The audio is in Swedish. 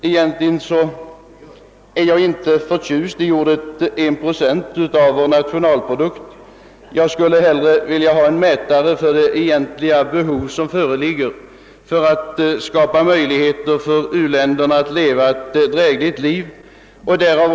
Egentligen är jag inte förtjust i benämningen »en procent av vår nationalprodukt«. Jag skulle hellre vilja ha en mätare på det verkliga behov som föreligger för att ge u-länderna möjligheter att leva ett drägligt liv.